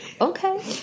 Okay